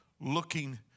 looking